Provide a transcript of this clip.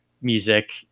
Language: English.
music